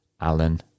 Alan